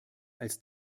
als